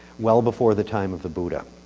well before the time of the buddha.